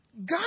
God